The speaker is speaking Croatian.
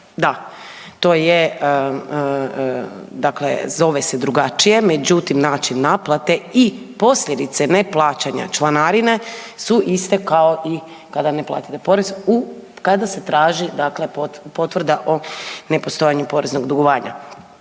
Dakle, da, dakle zove se drugačije međutim način naplate i posljedice neplaćanja članarine su iste kao i kada ne platite porez kada se traži potvrda o nepostojanju poreznog dugovanja.